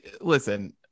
listen